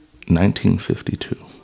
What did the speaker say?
1952